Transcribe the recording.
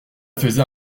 faisait